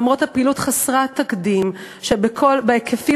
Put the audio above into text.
למרות הפעילות חסרת התקדים בהיקפים